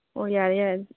ꯑꯣ ꯌꯥꯔꯦ ꯌꯥꯔꯦ